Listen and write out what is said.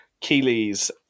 keely's